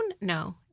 No